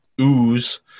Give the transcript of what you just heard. ooze